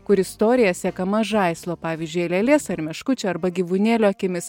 kur istorija sekama žaislo pavyzdžiui lėlės ar meškučio arba gyvūnėlio akimis